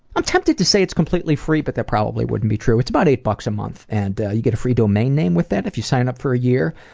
i'm tempted to say it's completely free but that probably wouldn't be true. it's about eight dollars a month and you get a free domain name with that if you sign up for a year.